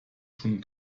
schon